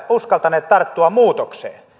uskaltaneet tarttua muutokseen